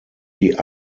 die